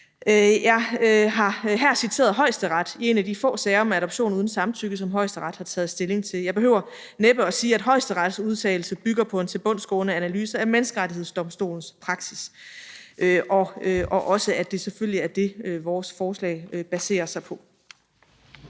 Jeg har her citeret Højesteret i en af de få sager om adoption uden samtykke, som Højesteret har taget stilling til. Jeg behøver næppe at sige, at Højesterets udtalelser bygger på en tilbundsgående analyse af Menneskerettighedsdomstolens praksis, og også, at det selvfølgelig er det, vores forslag baserer sig på.